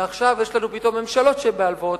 ועכשיו יש לנו פתאום ממשלות שבהלוואות,